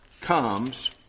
comes